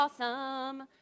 awesome